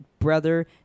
brother